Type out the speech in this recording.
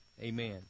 Amen